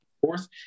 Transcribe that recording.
Fourth